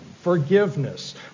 forgiveness